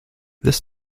this